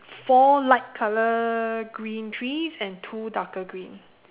four light colour green trees and two darker green